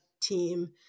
team